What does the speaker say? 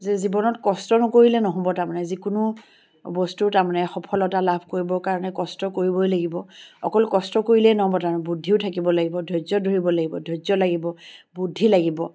যে জীৱনত কষ্ট নকৰিলে নহ'ব তাৰমানে যিকোনো বস্তু তাৰমানে সফলতা লাভ কৰিব কাৰণে কষ্ট কৰিবই লাগিব অকল কষ্ট কৰিলেই নহ'ব তাৰমানে বুদ্ধিও থাকিব লাগিব ধৰ্য্য ধৰিব লাগিব ধৰ্য্য লাগিব বুদ্ধি লাগিব